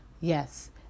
Yes